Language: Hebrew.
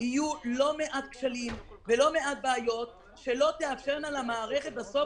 יהיו לא מעט כשלים ולא מעט בעיות שלא יאפשרו למערכת בסוף